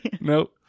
Nope